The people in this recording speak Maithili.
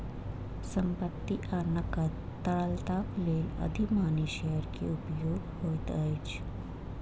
संपत्ति आ नकद तरलताक लेल अधिमानी शेयर के उपयोग होइत अछि